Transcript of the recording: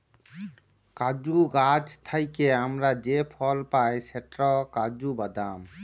কাজু গাহাচ থ্যাইকে আমরা যে ফল পায় সেট কাজু বাদাম